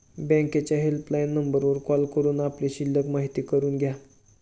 बँकेच्या हेल्पलाईन नंबरवर कॉल करून आपली शिल्लक माहिती करून घ्या